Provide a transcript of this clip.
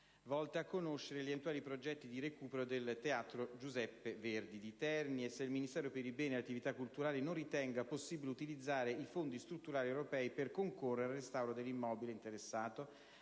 volte a conoscere gli eventuali progetti di recupero del teatro Giuseppe Verdi di Terni e se il Ministero per i beni e le attività culturali non ritenga possibile utilizzare i fondi strutturali europei per concorrere al restauro dell'immobile interessato,